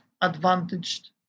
advantaged